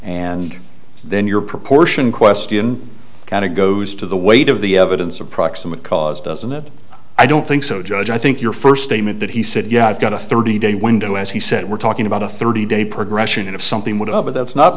and then your proportion question kind of goes to the weight of the evidence of proximate cause doesn't it i don't think so judge i think your first statement that he said yeah i've got a thirty day window as he said we're talking about a thirty day progression of something whatever that's not